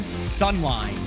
Sunline